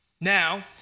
Now